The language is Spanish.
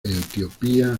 etiopía